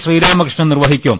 ശ്രീരാമകൃഷ്ണൻ നിർവഹിക്കും